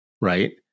right